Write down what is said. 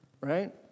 Right